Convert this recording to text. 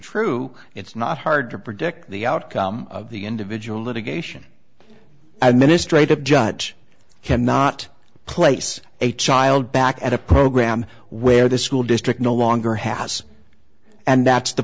true it's not hard to predict the outcome of the individual litigation administrate a judge can not place a child back at a program where the school district no longer has and that's the